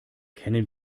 kennen